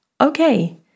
okay